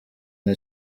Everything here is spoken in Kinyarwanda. nta